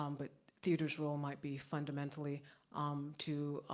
um but theaters' role might be fundamentally to,